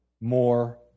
more